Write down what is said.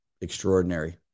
extraordinary